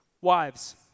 Wives